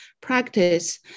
practice